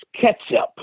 Ketchup